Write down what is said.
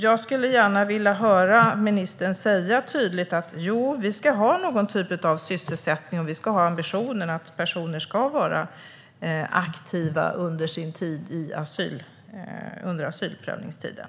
Jag vill gärna höra ministern säga tydligt att vi ska en typ av sysselsättning och att vi ska ha ambitionen att personer ska vara aktiva under asylprövningstiden.